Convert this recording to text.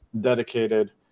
dedicated